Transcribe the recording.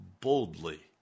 boldly